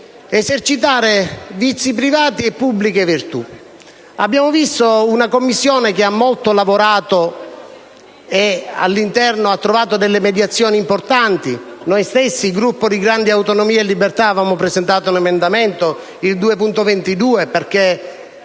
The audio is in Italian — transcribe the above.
esercitare vizi privati e pubbliche virtù. Abbiamo assistito ad una Commissione che ha molto lavorato e che al suo interno ha trovato delle mediazioni importanti. Noi stessi, Gruppo Grandi Autonomie e Libertà, abbiamo presentato l'emendamento 2.22 che